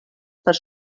pels